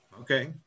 Okay